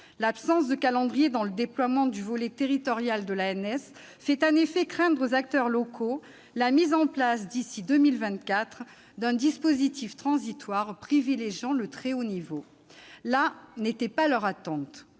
l'absence de calendrier de déploiement de son volet territorial fait en effet craindre aux acteurs locaux la mise en place, d'ici à 2024, d'un dispositif transitoire privilégiant le très haut niveau. Telle n'était pourtant pas leur attente.